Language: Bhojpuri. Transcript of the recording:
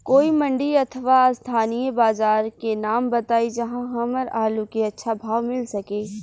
कोई मंडी अथवा स्थानीय बाजार के नाम बताई जहां हमर आलू के अच्छा भाव मिल सके?